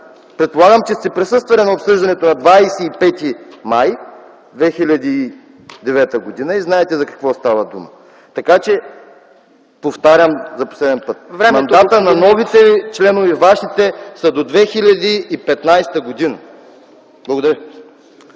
Предполагам, че сте присъствали на обсъждането на 25 май 2009 г. и знаете за какво става дума. Така че, повтарям, мандатът на новите членове и вашите са до 2015 г. Благодаря.